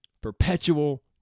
perpetual